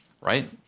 right